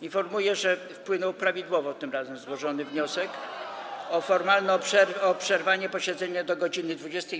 Informuję, że wpłynął prawidłowo tym razem złożony wniosek o formalną przerwę, o przerwanie posiedzenia do godz. 20.